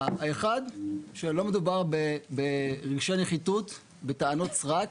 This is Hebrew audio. האחד, שלא מדובר ברגשי נחיתות, בטענות סרק.